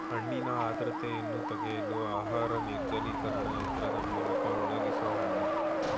ಹಣ್ಣಿನ ಆರ್ದ್ರತೆಯನ್ನು ತೆಗೆಯಲು ಆಹಾರ ನಿರ್ಜಲೀಕರಣ ಯಂತ್ರದ್ ಮೂಲ್ಕ ಒಣಗ್ಸೋಹಣ್ಣು